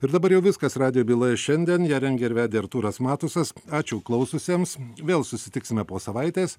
ir dabar jau viskas radijo byloje šiandien ją rengė ir vedė artūras matusas ačiū klausiusiems vėl susitiksime po savaitės